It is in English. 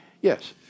Yes